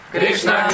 Krishna